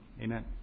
Amen